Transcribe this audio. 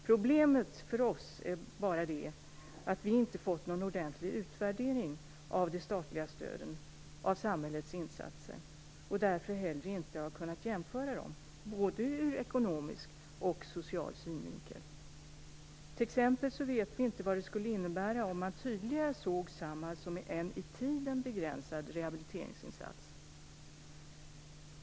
Problemet för oss är att vi inte har fått någon ordentligt utvärdering av samhällets insatser och därför inte heller har kunnat jämföra dem både ur ekonomiskt och social synvinkel. Vi vet t.ex. inte vad det skulle innebära om man tydligare såg Samhall som en i tiden begränsad rehabiliteringsinsats.